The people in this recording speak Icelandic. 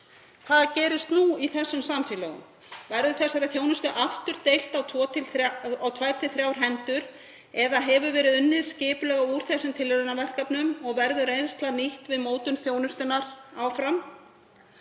Hvað gerist nú í þessum samfélögum? Verður þessari þjónustu aftur deilt á tvær til þrjár hendur eða hefur verið unnið skipulega úr þessum tilraunaverkefnum og verður reynsla nýtt við mótun þjónustunnar áfram?